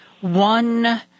one